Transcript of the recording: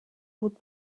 would